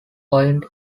point